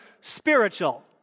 spiritual